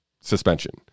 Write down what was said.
suspension